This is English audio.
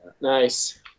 Nice